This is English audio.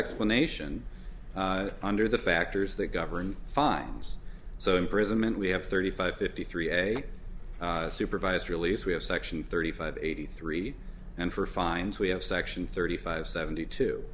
explanation under the factors that govern fines so imprisonment we have thirty five fifty three and a supervised release we have section thirty five eighty three and for fines we have section thirty five seventy two